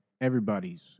everybody's